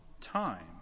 time